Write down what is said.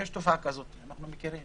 יש תופעה כזאת, אנחנו יודעים.